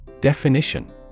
Definition